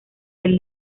del